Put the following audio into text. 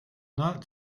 not